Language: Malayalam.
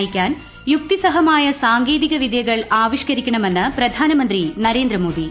നയിക്കാൻ യുക്ത്യിസ്ഹ്മായ സാങ്കേതിക വിദ്യകൾ ആവിഷ്കരിക്കണ്ട് ്ട്രമന്ന് പ്രധാനമന്ത്രി നരേന്ദ്രമോദി